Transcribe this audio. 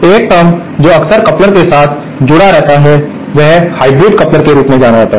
एक टर्म जो अक्सर कपलर के साथ जुड़ा रहता है वह हाइब्रिड कपलर के रूप में जाना जाता है